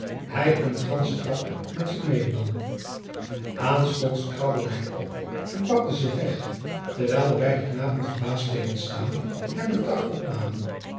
hij een ganschen tak met zich mede nam aanstonds krabbelde hij op en pakte zich weg terwijl de beide knapen verbaasd bleven staan en den tak opnamen